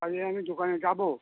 তাহলে আমি দোকানে যাবো